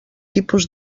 tipus